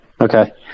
Okay